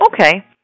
Okay